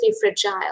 fragile